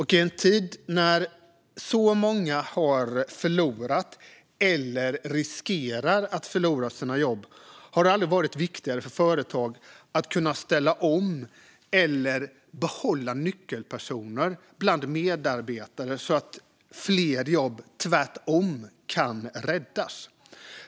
I en tid när så många har förlorat eller riskerar att förlora sina jobb har det aldrig varit viktigare för företag att kunna ställa om eller behålla nyckelpersoner bland medarbetare, så att fler jobb kan räddas.